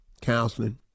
Counseling